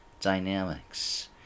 dynamics